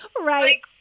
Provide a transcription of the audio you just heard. Right